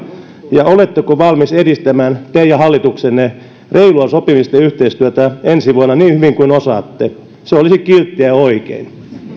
ja oletteko valmis edistämään teidän hallituksenne reilua sopimista ja yhteistyötä ensi vuonna niin hyvin kuin osaatte se olisi kilttiä